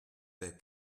their